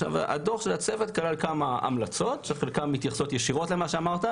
הדוח של הצוות כלל כמה המלצות שחלקן מתייחסות ישירות למה שאמרת,